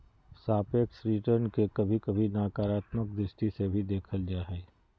सापेक्ष रिटर्न के कभी कभी नकारात्मक दृष्टि से भी देखल जा हय